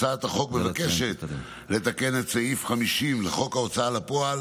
הצעת החוק מבקשת לתקן את סעיף 50 לחוק ההוצאה לפועל